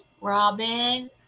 Robin